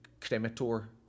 crematorium